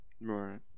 Right